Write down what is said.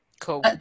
Cool